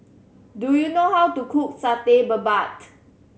do you know how to cook Satay Babat